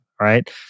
right